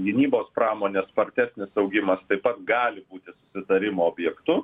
gynybos pramonės spartesnis augimas taip pat gali būti susitarimo objektu